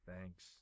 Thanks